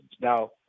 Now